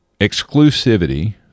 exclusivity